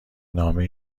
نامه